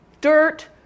dirt